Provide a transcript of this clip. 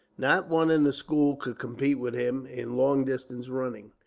not one in the school could compete with him in long-distance running,